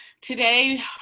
today